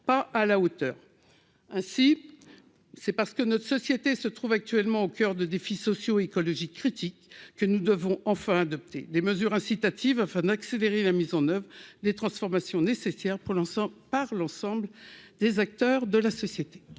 pas à la hauteur, ainsi, c'est parce que notre société se trouve actuellement au coeur de défis socio-écologiques critique que nous devons enfin adopter des mesures incitatives afin d'accélérer la mise en oeuvre des transformations nécessaires pour l'instant par l'ensemble des acteurs de la société.